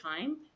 time